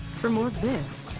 for more this.